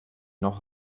noch